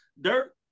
dirt